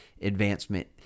advancement